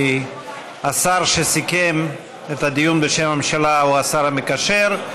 כי השר שסיכם את הדיון בשם הממשלה הוא השר המקשר.